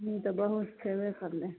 ई तऽ बहुत छैबे करलै